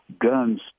Guns